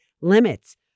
limits